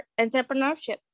entrepreneurship